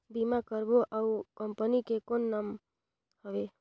बीमा करबो ओ कंपनी के कौन नाम हवे?